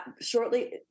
shortly